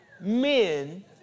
men